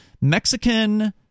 Mexican